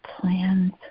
plans